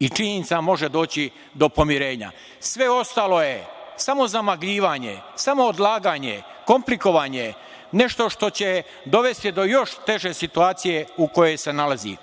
i činjenica, može doći do pomirenja. Sve ostalo je samo zamagljivanje, samo odlaganje, komplikovanje, nešto što će dovesti do još teže situacije u kojoj se nalazi.